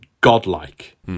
godlike